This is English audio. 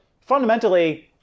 fundamentally